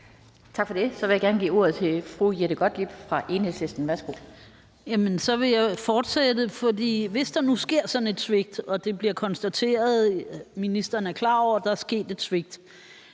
Tak for det. Så vil jeg gerne give ordet til fru Jette Gottlieb fra Enhedslisten. Værsgo. Kl. 11:40 Jette Gottlieb (EL): Jamen så vil jeg fortsætte, for hvis der nu sker sådan et svigt og det bliver konstateret og ministeren er klar over, at der er sket et svigt,